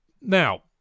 Now